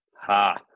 Ha